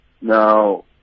Now